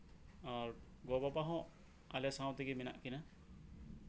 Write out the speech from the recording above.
ᱟᱨ ᱜᱚ ᱵᱟᱵᱟ ᱦᱚᱸ ᱟᱞᱮ ᱥᱟᱶᱛᱮ ᱢᱮᱱᱟᱜ ᱠᱤᱱᱟ